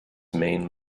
main